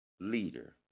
leader